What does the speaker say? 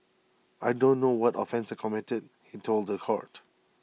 I don't know what offence I committed he told The Court